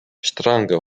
stranga